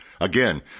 Again